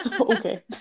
Okay